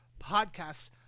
podcasts